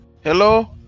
Hello